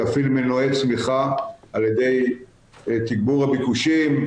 להפעיל מנועי צמיחה על ידי תגבור הביקושים,